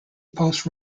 post